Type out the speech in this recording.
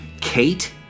Kate